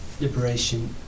liberation